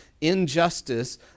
injustice